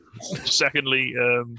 Secondly